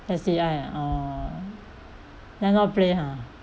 S_T_I ah oh dare not play ha